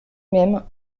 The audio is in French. même